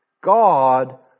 God